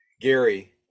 Gary